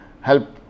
Help